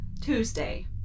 Tuesday